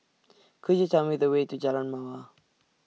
Could YOU Tell Me The Way to Jalan Mawar